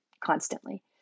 constantly